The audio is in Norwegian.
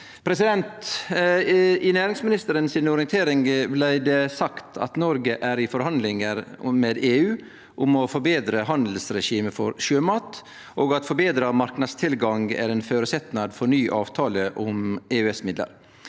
orienteringa til næringsministeren blei det sagt at Noreg er i forhandlingar med EU om å forbetre handelsregimet for sjømat, og at forbetra marknadstilgang er ein føresetnad for ny avtale om EØS-midlar.